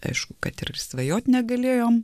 aišku kad ir svajot negalėjom